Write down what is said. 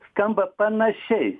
skamba panašiai